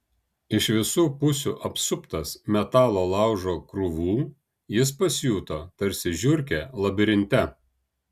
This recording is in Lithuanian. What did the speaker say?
iš visų pusių apsuptas metalo laužo krūvų jis pasijuto tarsi žiurkė labirinte